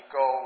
go